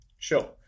Sure